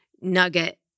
nugget